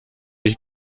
ich